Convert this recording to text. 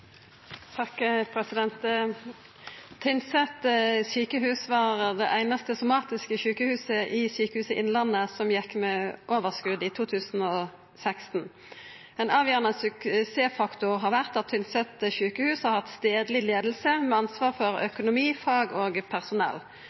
sykehus var det eneste somatiske sjukehuset i Sykehuset Innlandet som gikk med overskudd i 2016. En avgjørende suksessfaktor har vært at Tynset sykehus har hatt stedlig ledelse med ansvar for økonomi, fag og personell.